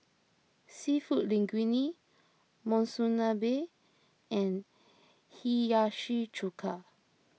Seafood Linguine Monsunabe and Hiyashi Chuka